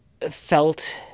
felt